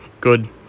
good